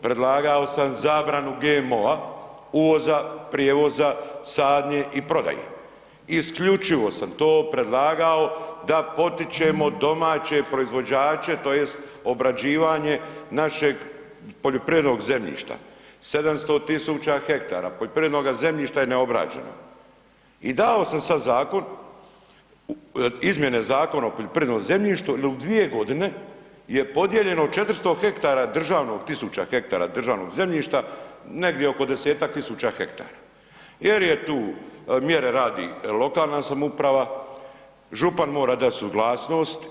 Predlagao sam zabranu GMO-a, uvoza, prijevoza, sadnje i prodaje isključivo sam to predlagao da potičemo domaće proizvođače tj. obrađivanje našeg poljoprivrednog zemljišta, 700.000 hektara poljoprivrednoga zemljišta je neobrađeno i dao sam sada zakon izmjene Zakona o poljoprivrednom zemljištu jel u dvije godine je podijeljeno 400.000 hektara državnog zemljišta negdje oko desetak tisuća hektara jer je tu mjere radi lokalna samouprava, župan mora dati suglasnost.